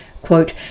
Quote